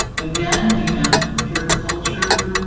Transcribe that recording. again, we have pure culture,